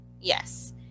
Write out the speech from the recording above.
Yes